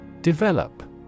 Develop